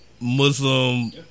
Muslim